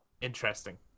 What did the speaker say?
interesting